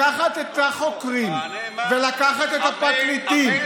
לקחת את החוקרים ולקחת את הפרקליטים,